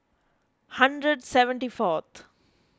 hundred seventy fourth